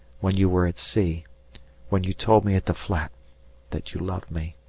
when you were at sea when you told me at the flat that you loved me.